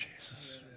Jesus